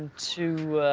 to ah,